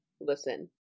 listen